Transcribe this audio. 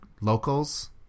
locals